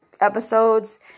episodes